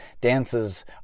dances